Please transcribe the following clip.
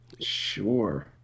Sure